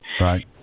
Right